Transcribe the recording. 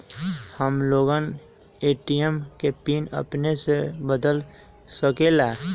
हम लोगन ए.टी.एम के पिन अपने से बदल सकेला?